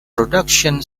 production